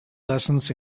lessons